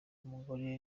umugore